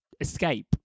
escape